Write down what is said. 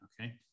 okay